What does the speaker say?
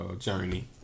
Journey